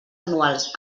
anuals